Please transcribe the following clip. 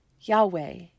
Yahweh